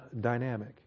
dynamic